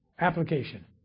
Application